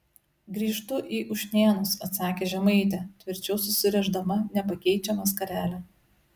grįžtu į ušnėnus atsakė žemaitė tvirčiau susirišdama nepakeičiamą skarelę